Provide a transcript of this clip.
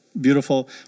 beautiful